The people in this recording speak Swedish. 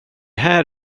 här